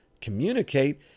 communicate